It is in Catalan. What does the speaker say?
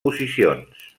posicions